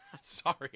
Sorry